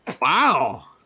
Wow